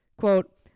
Quote